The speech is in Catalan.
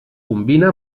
combina